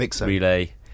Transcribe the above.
relay